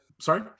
Sorry